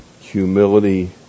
humility